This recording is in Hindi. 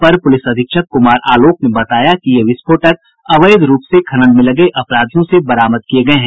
अपर पुलिस अधीक्षक कुमार आलोक ने बताया कि ये विस्फोटक अवैध रूप से खनन में लगे अपराधियों से बरामद किये गये हैं